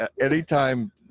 anytime